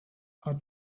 are